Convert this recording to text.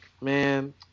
Man